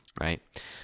right